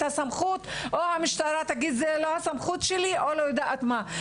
הסמכות או המשטרה תגיד זו לא הסמכות שלי או לא יודעת מה.